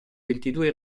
ventidue